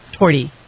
torty